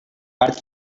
art